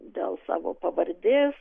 dėl savo pavardės